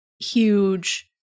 huge